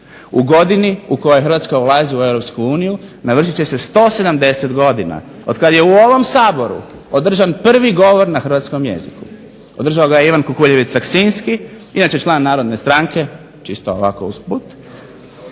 U godini u kojoj Hrvatska ulazi u EU navršit će se 170 od kada je u ovom Saboru održan prvi govor na hrvatskom jeziku, održao ga je Ivan Kukuljević Saksinski inače član Narodne stranke, čisto ovako usput,